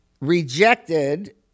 rejected